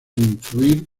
influir